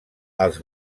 els